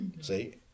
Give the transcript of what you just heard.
See